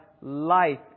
life